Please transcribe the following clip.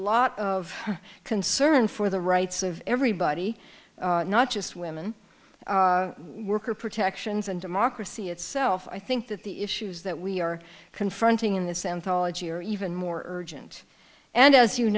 lot of concern for the rights of everybody not just women worker protections and democracy itself i think that the issues that we are confronting in this anthology are even more urgent and as you